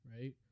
Right